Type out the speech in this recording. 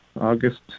August